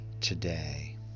today